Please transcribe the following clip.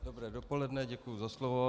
Dobré dopoledne, děkuji za slovo.